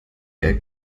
der